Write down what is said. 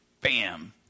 bam